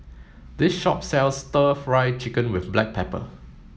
this shop sells stir fry chicken with black pepper